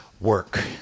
work